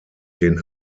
den